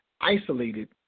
isolated